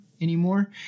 Anymore